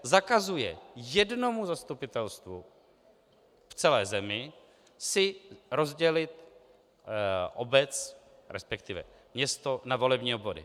Zakazuje jednomu zastupitelstvu v celé zemi si rozdělit obec, respektive město, na volební obvody.